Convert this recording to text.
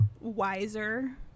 wiser